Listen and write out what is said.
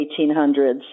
1800s